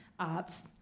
Arts